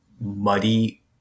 muddy